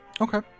Okay